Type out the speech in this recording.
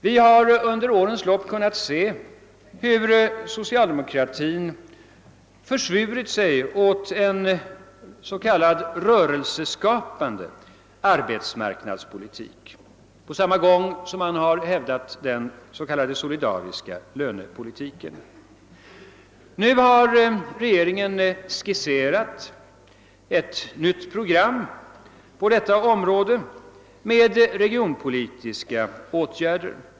Vi har under årens lopp kunnat se hur socialdemokratin försvurit sig åt en s.k. rörelseskapande arbetsmarknads politik på samma gång som man har hävdat den s.k. solidariska lönepolitiken. Nu har regeringen skisserat ett nytt program på detta område med regionpolitiska åtgärder.